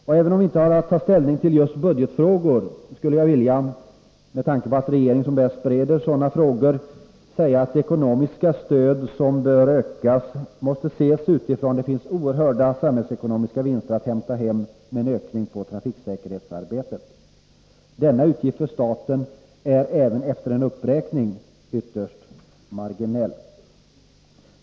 Aven om vi inte har att ta ställning till just budgetfrågor skulle jag, med tanke på att regeringen som bäst Trafiksäkerhet och bereder sådana frågor, vilja säga att det ekonomiska stödet, som bör ökas, trafikföreskrifter måste ses utifrån det faktum att det finns oerhörda samhällsekonomiska vinster att hämta hem med en ökning av resurserna för trafiksäkerhetsarbetet. Denna utgift för staten är även efter en uppräkning ytterst marginell.